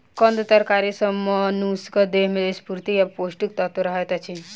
कंद तरकारी सॅ मनुषक देह में स्फूर्ति आ पौष्टिक तत्व रहैत अछि